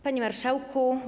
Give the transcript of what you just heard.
Panie Marszałku!